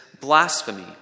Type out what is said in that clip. blasphemy